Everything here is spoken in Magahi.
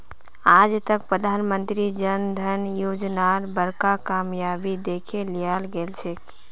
आज तक प्रधानमंत्री जन धन योजनार बड़का कामयाबी दखे लियाल गेलछेक